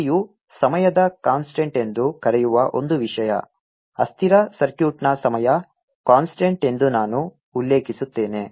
RC ಯು ಸಮಯದ constant ಎಂದು ಕರೆಯುವ ಒಂದು ವಿಷಯ ಅಸ್ಥಿರ ಸರ್ಕ್ಯೂಟ್ನ ಸಮಯ ಕಾನ್ಸ್ಟಂಟ್ ಎಂದು ನಾನು ಉಲ್ಲೇಖಿಸುತ್ತೇನೆ